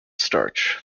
starch